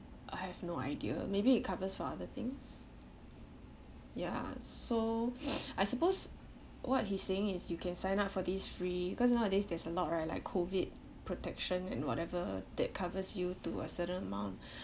I have no idea maybe it covers for other things ya so I suppose what he's saying is you can sign up for this free because nowadays there's a lot right like COVID protection and whatever that covers you to a certain amount